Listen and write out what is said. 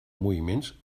moviments